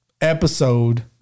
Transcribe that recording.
episode